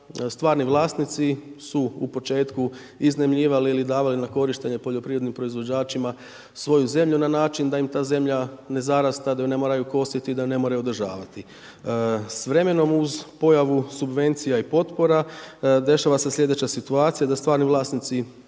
stvarni vlasnici su u početku iznajmljivali ili davali na korištenje poljoprivrednim proizvođačima svoju zemlju na način da im ta zemlja ne zarasta, da ju ne moraju kositi, da ju ne moraju održavati. S vremenom uz pojavu subvencija i potpora dešava se sljedeća situacija, da stvarni vlasnici